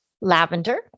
lavender